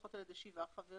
לפחות על ידי שבעה חברים,